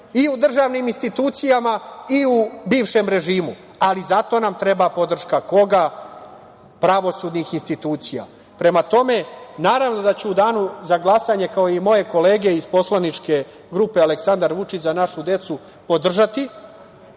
i u državnim institucijama i u bivšem režimu, ali zato nam treba podrška, koga, pravosudnih institucija. Prema tome, naravno da ću u danu za glasanje, kao i moje kolege iz poslaničke grupe „Aleksandar Vučić – Za našu decu“ podržati